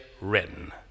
written